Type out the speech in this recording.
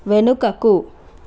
వెనుకకు